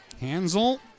Hansel